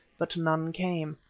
but none came.